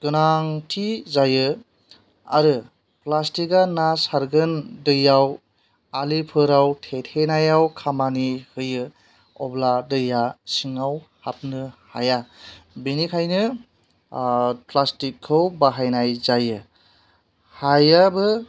गोनांथि जायो आरो प्लासटिका ना सारगोन दैयाव आलिफोराव थेथेनायाव खामानि होयो अब्ला दैया सिङाव हाबनो हाया बेनिखायनो प्लासटिकखौ बाहायनाय जायो हायाबो